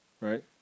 right